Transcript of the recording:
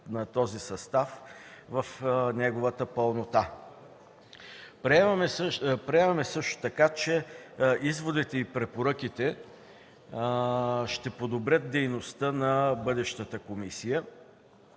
на този състав в неговата пълнота. Приемаме също така, че изводите и препоръките ще подобрят дейността на бъдещата комисия,